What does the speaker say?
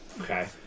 Okay